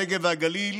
הנגב והגליל